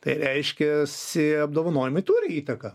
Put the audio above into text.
tai reiškiasi apdovanojimai turi įtaką